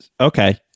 Okay